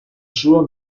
sua